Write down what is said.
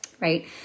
right